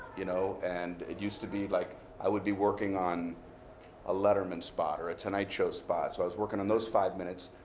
you know. and it used to be like i would be working on a letterman spot or a tonight show spot. so i was working on those five minutes.